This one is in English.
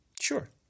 Sure